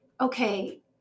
okay